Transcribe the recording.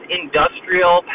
industrial